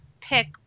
pick